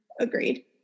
agreed